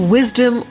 Wisdom